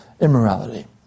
immorality